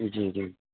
جی جی